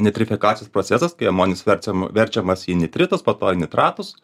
nitrifikacijos procesas kai amonis verčiam verčiamas į nitritus po to į nitratus